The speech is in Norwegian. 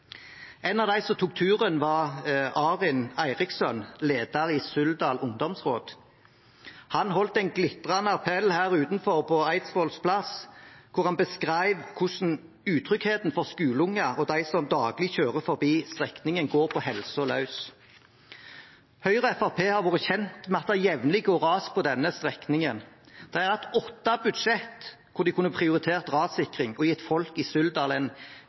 En av dem som tok turen, var Arin Eirikssønn, leder i Suldal ungdomsråd. Han holdt en glitrende appell her utenfor, på Eidsvolls plass, der han beskrev hvordan utryggheten for skoleunger og de som daglig kjører forbi strekningen, går på helsa løs. Høyre og Fremskrittspartiet har vært kjent med at det jevnlig går ras på denne strekningen. De har hatt åtte budsjett hvor de kunne prioritert rassikring og gitt folk i